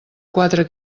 quatre